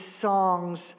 songs